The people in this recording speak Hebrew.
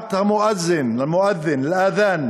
מניעת המואזין (אומר